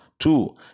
Two